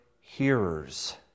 hearers